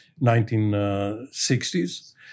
1960s